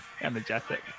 energetic